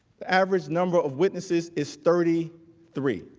average number of witnesses is thirty three